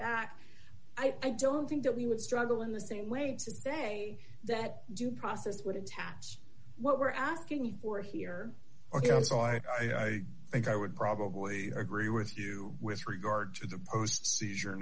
back i don't think that we would struggle in the same way today that due process would attach what we're asking for here ok so i think i would probably agree with you with regard to the post seizure